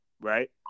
right